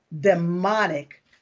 demonic